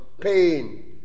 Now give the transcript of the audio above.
pain